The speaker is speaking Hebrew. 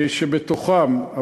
שבתוכם,